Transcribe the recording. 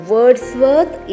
Wordsworth